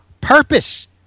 purpose